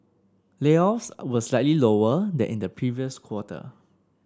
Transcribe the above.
layoffs were slightly lower than in the previous quarter